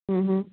ਹਮ ਹਮ